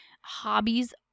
hobbies